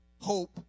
hope